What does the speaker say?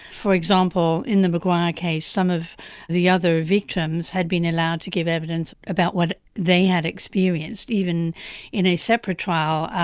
for example, in the maguire case, some of the other victims had been allowed to give evidence about what they had experienced, even in a separate trial,